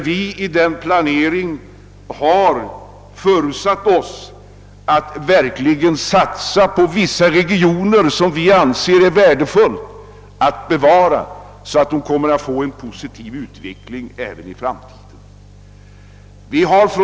Vid planeringen där har vi föresatt oss att verkligen satsa på vissa regioner som vi anser vara värdefulla att bevara, så att det blir en positiv utveckling där i framtiden.